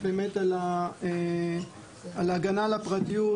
על ההגנה על הפרטיות,